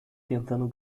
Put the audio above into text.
tentando